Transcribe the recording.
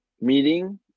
meeting